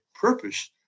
purpose